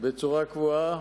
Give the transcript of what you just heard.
בצורה קבועה